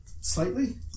slightly